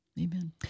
Amen